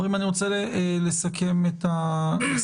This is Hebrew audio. אני רוצה לסכם את הדיון.